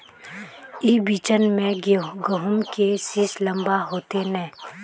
ई बिचन में गहुम के सीस लम्बा होते नय?